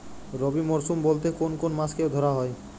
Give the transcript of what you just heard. রবি মরশুম বলতে কোন কোন মাসকে ধরা হয়?